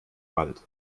wald